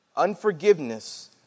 Unforgiveness